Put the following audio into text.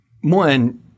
one